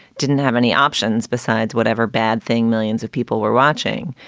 didn't have any options besides whatever bad thing millions of people were watching.